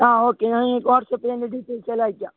ആ ഓക്കെ ഞാൻ നിങ്ങൾക്ക് വാട്സപ്പിൽ അതിൻ്റെ ഡീറ്റെയിൽസ് എല്ലാം അയയ്ക്കാം